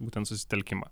būtent susitelkimą